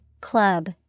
club